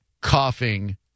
coughing